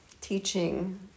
teaching